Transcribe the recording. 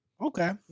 Okay